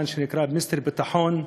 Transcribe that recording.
מה שנקרא "מיסטר ביטחון".